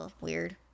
Weird